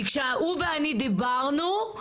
כי כשהוא ואני דיברנו,